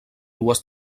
dues